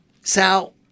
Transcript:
Sal